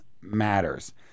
matters